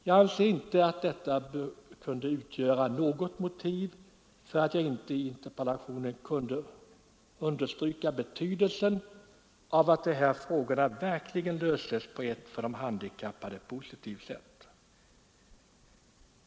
Jag anser inte att detta kunde utgöra något motiv för att jag i interpellationen inte skulle kunna understryka betydelsen av att de här frågorna verkligen löses på ett för de handikappade positivt sätt.